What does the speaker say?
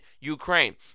Ukraine